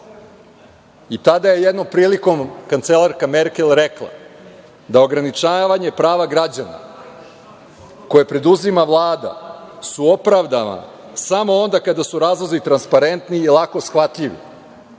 Tada je jednom prilikom kancelarka Merkel rekla da ograničavanje prava građana koje preduzima Vlada su opravdana samo onda kada su razlozi transparentni i lako shvatljivi,